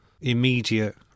immediate